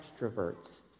extroverts